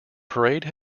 parade